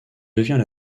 devient